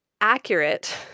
accurate